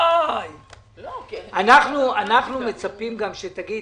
אנחנו מצפים שתגיד: